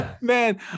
Man